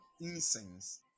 incense